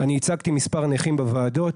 אני ייצגתי מספר נכים בוועדות.